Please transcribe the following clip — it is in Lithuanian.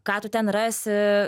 ką tu ten rasi